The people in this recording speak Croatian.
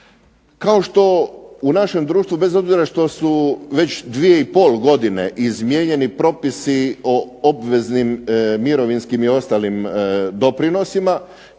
kao što u našem društvu, bez obzira što su već 2,5 godine izmijenjeni propisi o obveznim mirovinskim i ostalim doprinosima,